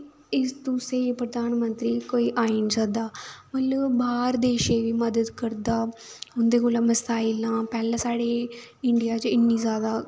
इस तो स्हेई प्रधानमंत्री कोई आई नी सकदा मतलब बाह्र देशें गी मदाद करदा उं'दे कोला मसाइलां पैह्लें साढ़े इंडिया च इन्नी जादा